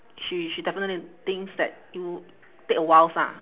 she she definitely thinks that it would take a while ah